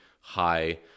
high